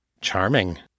Charming